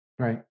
Right